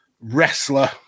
wrestler